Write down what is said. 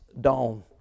dawn